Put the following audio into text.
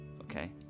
Okay